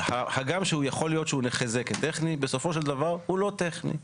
הגם שיכול להיות שהוא נחזה כטכני, הוא לא טכני.